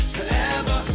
Forever